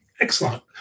Excellent